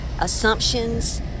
Assumptions